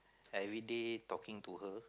every day talking to her